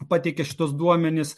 pateikė šituos duomenis